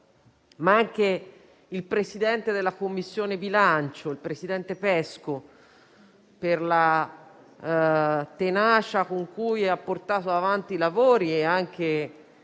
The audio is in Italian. anche il presidente della Commissione bilancio, senatore Pesco, per la tenacia con cui ha portato avanti i lavori e anche